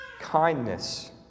kindness